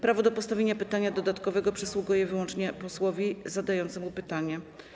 Prawo do postawienia pytania dodatkowego przysługuje wyłącznie posłowi zadającemu pytanie.